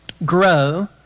Grow